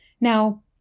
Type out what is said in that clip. Now